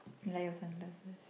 like your sunglasses